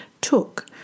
took